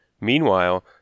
Meanwhile